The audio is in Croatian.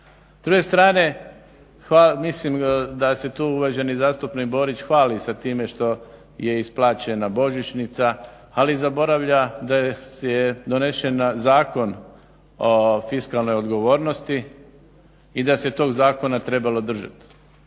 druge strane, mislim da se tu uvaženi zastupnik Borić hvali sa time što je isplaćena božićnica. Ali zaboravlja da je donesen Zakon o fiskalnoj odgovornosti i da se tog zakona trebalo držati.